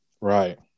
Right